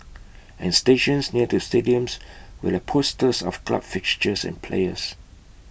and stations near to stadiums will have posters of club fixtures and players